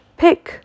pick